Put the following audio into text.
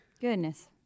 Goodness